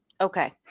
Okay